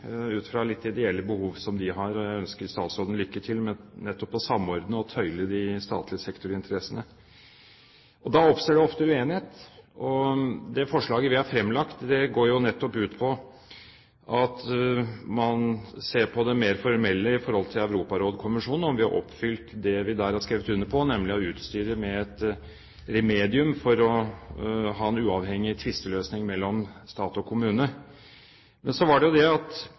ut fra ideelle behov som de har – jeg ønsker statsråden lykke til med nettopp å samordne og tøyle de statlige sektorinteressene. Da oppstår det ofte uenighet, og det forslaget vi har fremlagt, går jo ut på at man ser på det mer formelle i forhold til Europarådskonvensjonen, om vi har oppfylt det vi der har skrevet under på, nemlig å utstyre med et remedium for en uavhengig tvisteløsning mellom stat og kommune. Men